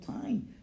time